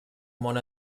món